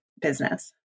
business